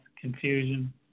confusion